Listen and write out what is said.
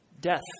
death